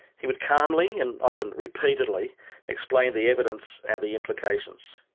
he would calmly and often repeatedly explain the evidence and the implications.